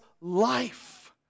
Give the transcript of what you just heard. life